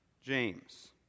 James